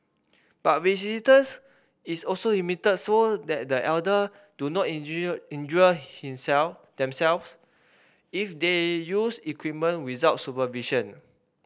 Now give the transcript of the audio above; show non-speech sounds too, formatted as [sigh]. but resistance is also limited so that the elderly do not [unintelligible] injure himself themselves if they use equipment without supervision